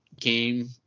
game